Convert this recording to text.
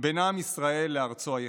בין עם ישראל לארצו היחידה.